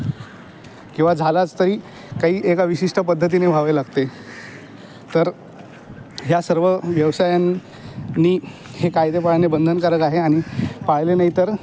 किंवा झालाच तरी काही एका विशिष्ट पद्धतीने व्हावे लागते तर ह्या सर्व व्यवसायांनी हे कायदे पाळणे बंधनकारक आहे आणि पाळले नाही तर